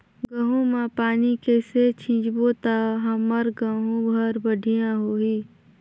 गहूं म पानी कइसे सिंचबो ता हमर गहूं हर बढ़िया होही?